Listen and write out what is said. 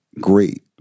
great